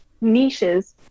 niches